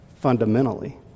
fundamentally